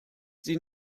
sie